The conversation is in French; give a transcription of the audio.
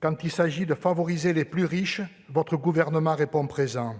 quand il s'agit de favoriser les plus riches, votre gouvernement répond présent